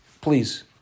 please